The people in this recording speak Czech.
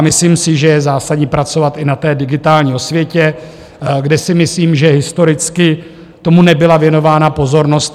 Myslím si, že je zásadní pracovat i na té digitální osvětě, kde si myslím, že historicky tomu nebyla věnována pozornost.